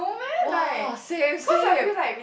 !wah! same same